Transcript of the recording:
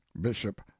Bishop